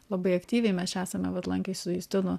labai aktyviai mes čia esame vat lankęsi su justinu